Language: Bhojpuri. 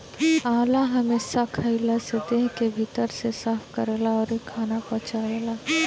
आंवला हमेशा खइला से देह के भीतर से साफ़ करेला अउरी खाना पचावेला